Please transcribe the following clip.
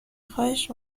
خواهش